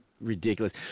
ridiculous